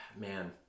Man